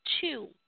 two